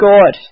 God